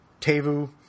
Tevu